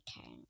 okay